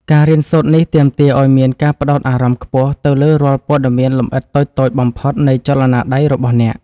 ការរៀនសូត្រនេះទាមទារឱ្យមានការផ្ដោតអារម្មណ៍ខ្ពស់ទៅលើរាល់ព័ត៌មានលម្អិតតូចៗបំផុតនៃចលនាដៃរបស់អ្នក។